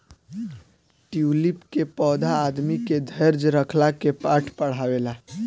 tulip के पौधा आदमी के धैर्य रखला के पाठ पढ़ावेला